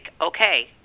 okay